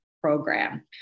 program